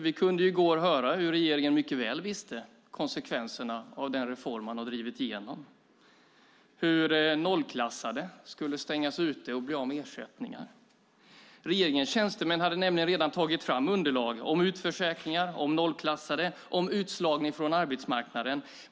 Vi kunde i går höra att regeringen mycket väl visste konsekvenserna av den reform man har drivit igenom, att nollklassade skulle stängas ute och bli av med ersättningar. Regeringens tjänstemän hade nämligen redan tagit fram underlag om utförsäkringar, om nollklassade och om utslagning från arbetsmarknaden.